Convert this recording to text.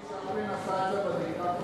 צ'רלי צ'פלין עשה את זה ב"דיקטטור הגדול".